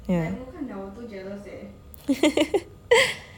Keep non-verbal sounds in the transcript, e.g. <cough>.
yeah <laughs>